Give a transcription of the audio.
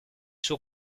suo